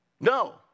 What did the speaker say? No